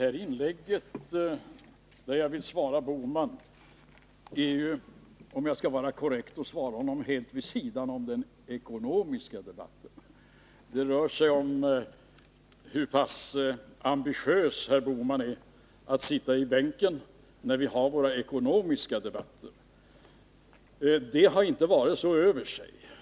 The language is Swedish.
Fru talman! Om jag skall vara korrekt och i det här inlägget svara Gösta Bohman helt vid sidan av den ekonomiska debatten, så rör det sig om hur pass ambitiös Gösta Bohman är när det gäller att sitta i bänken under våra ekonomiska debatter. Det har inte varit så över sig med detta.